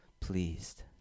pleased